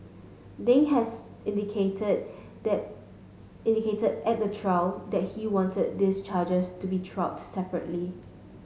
ding has indicated that indicated at the trial that he wanted these charges to be tried separately